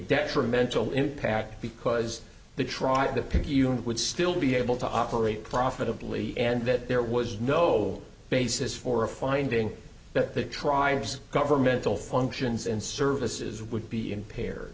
detrimental impact because the trial of the picayune would still be able to operate profitably and that there was no basis for a finding that tribe's governmental functions and services would be impaired